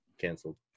canceled